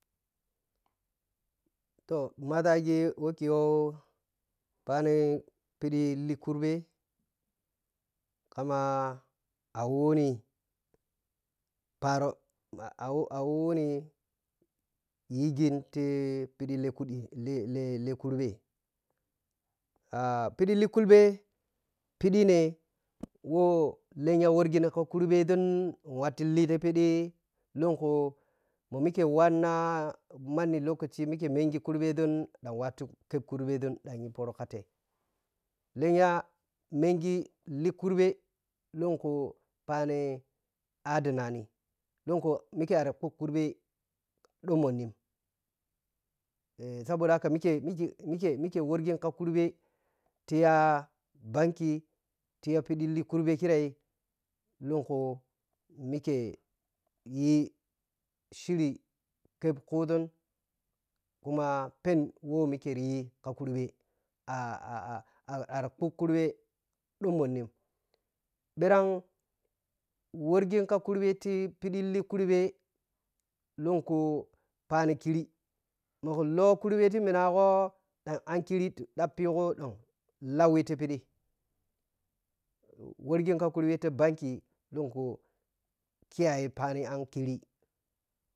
Toh maȝagi wɔkiya phani ɓiɗi likurɓɛ kama a woni pharo ahay awoni yigni ti phiɗi kuɗi likurɓɛ a ɓidi likurɓɛ ɓiɗi ne wo tɛnya wɔrgin ka kurɓɛ don wattuh lin ti phiɗi lunku mamike wannah ka manni lokaci mike mengi kurɓe ȝun ɗa kɛb kurɓe phidi lunku phani adinani lɔnku mike ar ɓuk kurɓe ɗommoni saboda haka mike mike worgin ka kurbe ti ya banki tiya ɓiɗi likurɓe kirei lonku mike yi shiri kɛb kuȝun kuma pɛnn wɔ mike yi ka kurɓe ar ɓuk kurɓe ɗon monnin ɓiragh waghin ka kurɓe piɗi li kurɓe lunku phani kiri moku lakurveti minagho ɗan ankiri ɗappigho lawɛ ti phiɗi worghin ka kurbe ti banki lunku kiyaye phani ankiri.